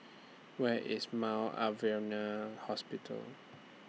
Where IS Mount Alvernia Hospital